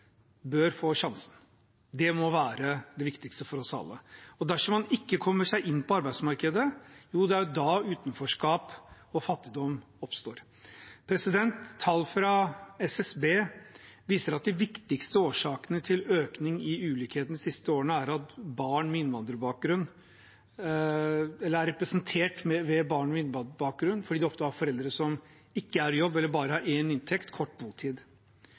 man ikke kommer seg inn på arbeidsmarkedet, at utenforskap og fattigdom oppstår. Tall fra SSB viser at økning i ulikhet de siste årene er representert ved barn med innvandrerbakgrunn fordi de ofte har foreldre som ikke er i jobb, eller bare har én inntekt og kort botid.